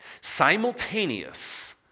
Simultaneous